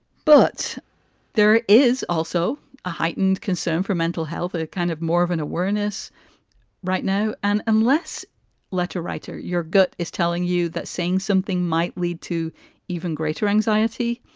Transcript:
but there is also a heightened concern for mental health, a kind of more of an awareness right now. and unless letter writer, your gut is telling you that saying something might lead to even greater anxiety,